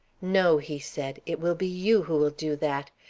no, he said it will be you who will do that.